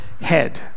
head